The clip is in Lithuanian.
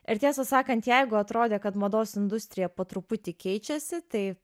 ir tiesą sakant jeigu atrodė kad mados industrija po truputį keičiasi tai